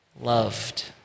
loved